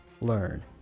Learn